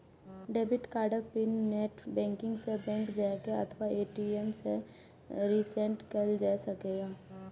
debit कार्डक PIN net banking सं, bank जाके अथवा ए.टी.एम सं रीसेट कैल जा सकैए